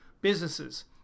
Businesses